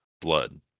blood